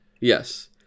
yes